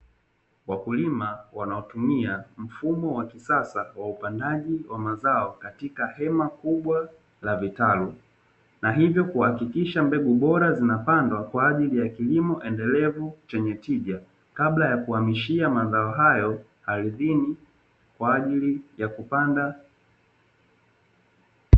Wakulima wanaotumia mfumo wa kisasa wa upandaji wa mazao katika hema kubwa la vitalu, na hivyo kuhakikisha mbegu bora zinapandwa kwa ajili ya kilimo endelevu chenye tija kabla ya kuhamishia mazao hayo ardhini kwa ajili ya kupanda.